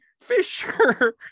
fisher